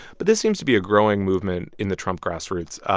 but this seems to be a growing movement in the trump grassroots.